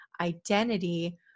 identity